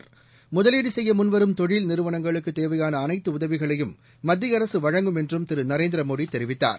தொழில் முதலீடுசெய்யமுன்வரும் நிறுவனங்களுக்குதேவையானஅனைத்துஉதவிகளையும் மத்திய அரசுவழங்கும் என்றும் திருநரேந்திரமோடிதெரிவித்தார்